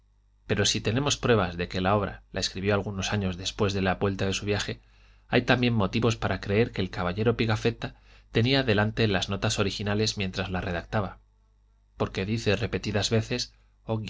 pero si tenemos pruebas de que la obra la escribió algunos años después de la vuelta de su viaje hay también motivos para creer que el caballero pigafetta tenía delante las notas originales mientras la redactaba porque dice repetidas veces